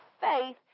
faith